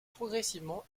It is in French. progressivement